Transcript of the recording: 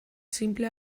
sinple